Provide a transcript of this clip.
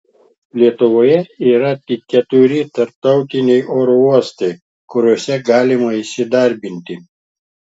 lietuvoje yra tik keturi tarptautiniai oro uostai kuriuose galima įsidarbinti